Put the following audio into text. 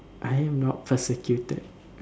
I am not persecuted